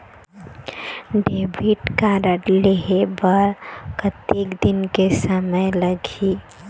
Debit card लेहे बर कतेक दिन के समय लगही?